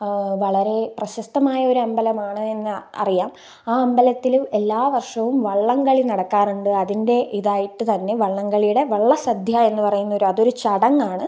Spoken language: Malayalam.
വളരെ പ്രശസ്തമായൊരമ്പലമാണ് എന്ന് അറിയാം ആ അമ്പലത്തില് എല്ലാ വർഷവും വള്ളംകളി നടക്കാറുണ്ട് അതിൻ്റെ ഇതായിട്ട് തന്നെ വള്ളംകളിയുടെ വള്ള സദ്യ എന്ന് പറയുന്നൊരതൊരു ചടങ്ങാണ്